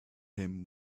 him